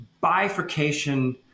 bifurcation